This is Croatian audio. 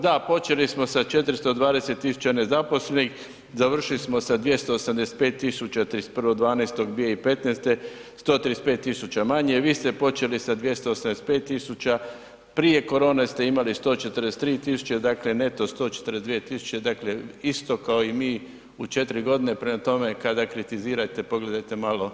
Da, počeli smo sa 420 tisuća nezaposlenih, završili smo sa 285 tisuća 31.12.2015., 135 tisuća manje, vi ste počeli sa 285 tisuća, prije korone ste imali 143 tisuće, dakle neto 142 tisuće, dakle isto kao i mi u 4 godine, prema tome, kada kritizirate, pogledajte malo brojke.